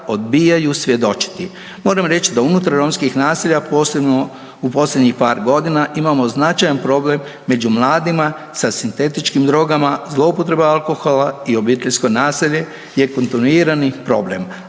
odbijaju svjedočiti. Moram reći da unutar romskih naselja posebno u posljednjih par godina imamo značajan problem među mladima sa sintetičkim drogama, zloupotreba alkohola i obiteljsko nasilje je kontinuirani problem.